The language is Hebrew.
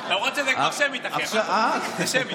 למרות שזה כבר שמית, אחי, הכול טוב.